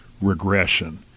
regression